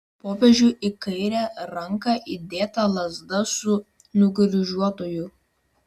popiežiui į kairę ranką įdėta lazda su nukryžiuotuoju